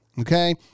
okay